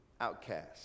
outcast